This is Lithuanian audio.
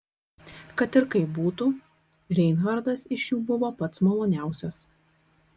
kad ir kaip būtų reinhartas iš jų buvo pats maloniausias